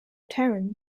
tarrant